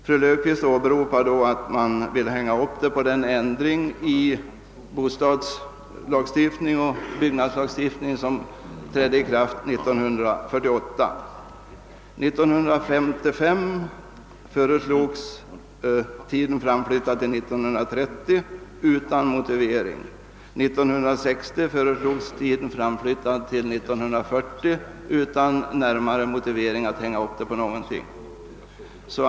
Fru Löfqvist säger nu att man vill hänga upp en framflyttning på den änd 1955 föreslogs den för tillämpning av ensittarlagen avgörande = tidpunkten framflyttad till 1930, utan motivering. 1960 föreslogs tidpunkten framflyttad till 1940, utan något närmare angivet motiv att hänga upp en sådan framflyttning på.